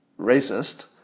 racist